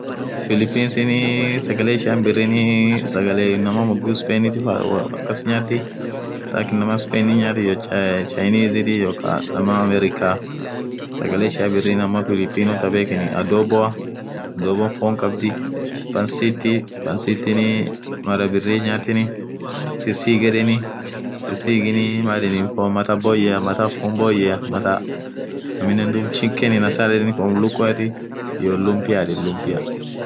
Philippines sagale ishian birrini sagale inamaa moghuk spainiti faa akas nyati thaa akaa inamaa spain nyath iyo Chinese iyoo Kaa inamaa america sagale ishiani birri apinapono tha bekheni adhoboa adhobon fonn khabdhii pansit pansitin mara biri nyatheni sisighi yedheni sisighinii fonn mathaa boyye mathaa fonn boyye aminen chicken inaa sal yedheni fonnum lukuati iyoo lumpia